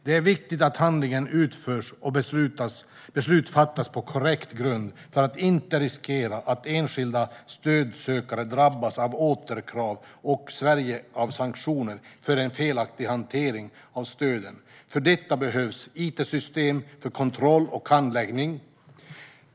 Det är viktigt att handläggningen utförs och beslut fattas på korrekt grund för att inte riskera att enskilda stödsökare drabbas av återkrav och Sverige av sanktioner för en felaktig hantering av stöden. För detta behövs it-system för kontroll och handläggning.